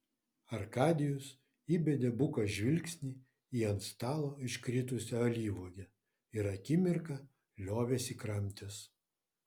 arkadijus įbedė buką žvilgsnį į ant stalo iškritusią alyvuogę ir akimirką liovėsi kramtęs